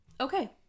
Okay